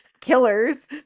killers